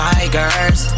Tigers